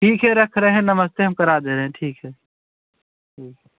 ठीक है रख रहे हैं नमस्ते हम करा दे रहे हैं ठीक है ठीक है